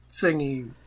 thingy